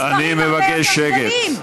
מספרים הרבה יותר גדולים, אני מבקש שקט.